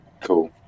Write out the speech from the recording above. Cool